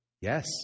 Yes